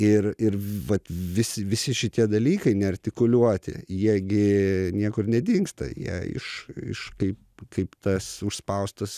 ir ir vat vis visi šitie dalykai neartikuliuoti jie gi niekur nedingsta jie iš iš kaip kaip tas užspaustas